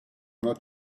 not